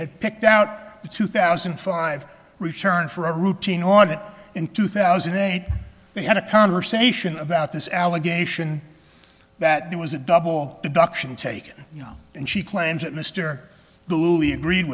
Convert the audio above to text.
had picked out the two thousand five return for a routine audit in two thousand and eight they had a conversation about this allegation that there was a double deduction taken you know and she claims that mr luly agreed